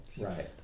Right